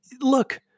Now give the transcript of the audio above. Look